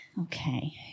Okay